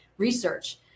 Research